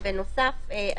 בנוסף,